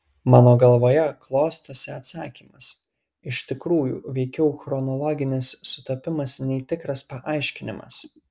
mano galvoje klostosi atsakymas iš tikrųjų veikiau chronologinis sutapimas nei tikras paaiškinimas